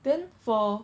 then for